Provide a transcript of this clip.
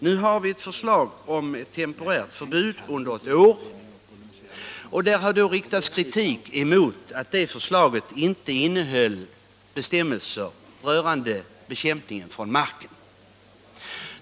Nu har vi ett förslag om temporärt förbud under ett år. Det har riktats kritik mot det förslaget därför att det inte innehåller bestämmelser rörande bekämpning från marken.